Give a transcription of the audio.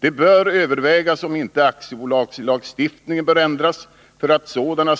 Det bör övervägas om inte aktiebolagslagstiftningen bör ändras för att sådan